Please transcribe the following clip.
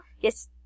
yes